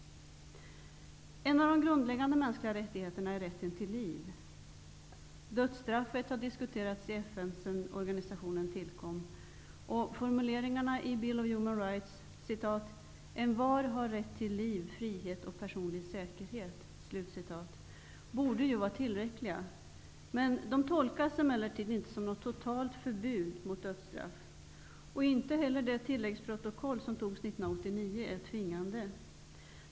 En av de grundläggande mänskliga rättigheterna är rätten till liv. Dödsstraffet har diskuterats i FN Bill of Human Rights, ''Envar har rätt till liv, frihet och personlig säkerhet...'', borde ju vara tillräckliga. Men de tolkas emellertid inte som något totalt förbud mot dödsstraff. Inte heller det tilläggsprotokoll som antogs 1989 är tvingande.